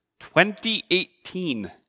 2018